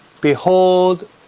behold